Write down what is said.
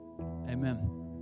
Amen